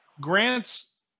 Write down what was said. grant's